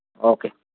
okay